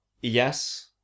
yes